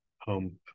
home